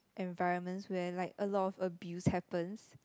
environment where like a lot of abuse happens